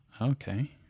Okay